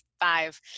five